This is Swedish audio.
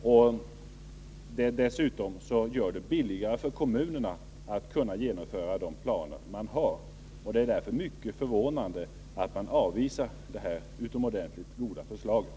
Det blir dessutom billigare för kommunerna att genomföra de planer man har, och det är därför mycket förvånande att man avvisar det här utomordentligt goda förslaget.